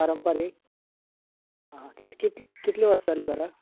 पारंपारीक आं कित कित कितलीं वर्सा जालीं घराक